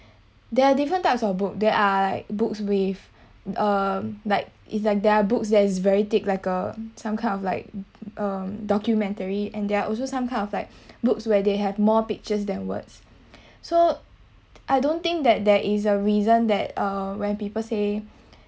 there are different types of book there are like books with um like is like there are books there is very thick like a some kind of like um documentary and there are also some kind of like books where they have more pictures than words so I don't think that there is a reason that uh when people say